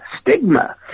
stigma